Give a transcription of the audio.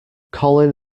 colin